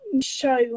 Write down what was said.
show